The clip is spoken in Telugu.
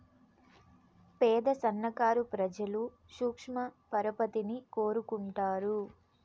పేద సన్నకారు ప్రజలు సూక్ష్మ పరపతిని కోరుకుంటారు